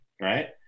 right